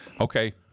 okay